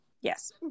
Yes